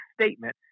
statement